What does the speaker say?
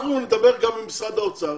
אנחנו נדבר גם עם משרד האוצר.